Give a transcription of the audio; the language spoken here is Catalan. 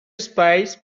espais